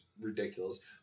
ridiculous